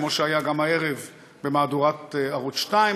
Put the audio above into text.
כמו שהיה גם הערב במהדורת ערוץ 2,